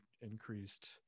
increased